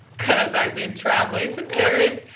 cause i've been traveling to paris,